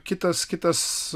kitas kitas